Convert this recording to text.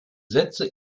setze